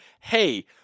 hey